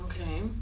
Okay